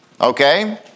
Okay